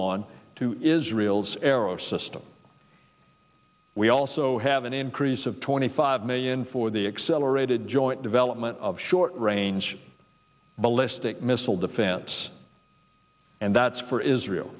on to israel's arrow system we also have an increase of twenty five million for the accelerated joint development of short range ballistic missile defense and that's for israel